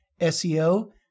SEO